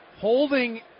holding